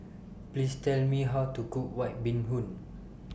Please Tell Me How to Cook White Bee Hoon